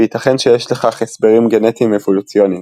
וייתכן שיש לכך הסברים גנטיים אבולוציוניים.